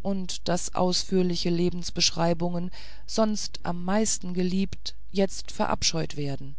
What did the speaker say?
und daß ausführliche lebensbeschreibungen sonst am mehrsten geliebt jetzt verabscheut werden